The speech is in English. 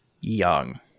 young